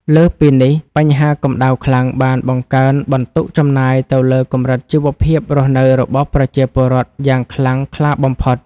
លើសពីនេះ បញ្ហាកម្ដៅខ្លាំងបានបង្កើនបន្ទុកចំណាយទៅលើកម្រិតជីវភាពរស់នៅរបស់ប្រជាពលរដ្ឋយ៉ាងខ្លាំងក្លាបំផុត។